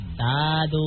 Tado